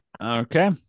Okay